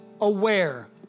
aware